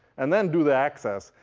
and then do the access.